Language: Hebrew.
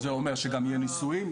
זה אומר שגם יהיו ניסויים,